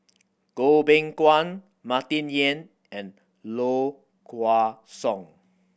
Goh Beng Kwan Martin Yan and Low Kway Song